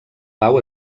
pau